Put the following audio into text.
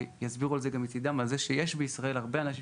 שיסבירו גם מצידם על זה שיש הרבה אנשים